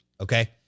okay